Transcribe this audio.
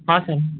ହଁ ସାର୍